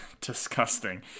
Disgusting